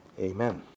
Amen